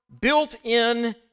built-in